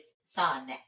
son